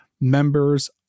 members